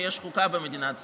שיש חוקה במדינת ישראל,